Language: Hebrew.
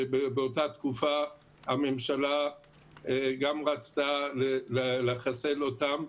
שבאותה תקופה הממשלה גם רצתה לחסל אותם.